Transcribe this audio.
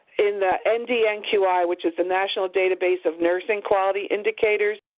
in the ndnqi, which is the national database of nursing quality indicators.